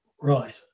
right